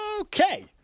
Okay